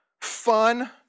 fun